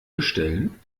bestellen